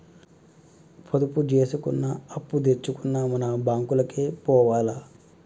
పొదుపు జేసుకున్నా, అప్పుదెచ్చుకున్నా మన బాంకులకే పోవాల